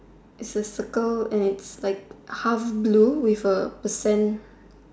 is a circle and it's like half blue with a percent